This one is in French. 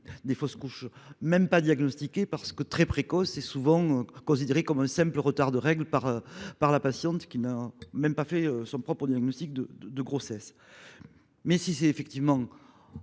ne sont même pas diagnostiquées, parce que très précoces, et sont considérées comme un simple retard de règles par la patiente, qui n'a même pas fait son propre diagnostic de grossesse. Si la fausse couche